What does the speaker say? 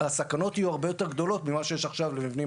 הסכנות יהיו הרבה יותר גדולות מאלה הקיימים עכשיו במבנים